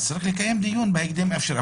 צריך לקיים דיון בהקדם האפשרי.